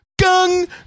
gung